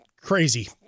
crazy